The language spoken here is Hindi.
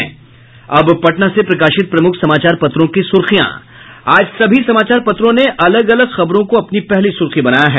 अब पटना से प्रकाशित प्रमुख समाचार पत्रों की सुर्खियां आज सभी समाचार पत्रों ने अलग अलग खबरों को अपनी पहली सुर्खी बनाया है